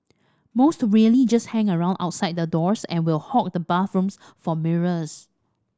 most really just hang around outside the doors and will hog the bathrooms for mirrors